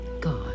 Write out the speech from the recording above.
God